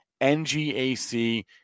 NGAC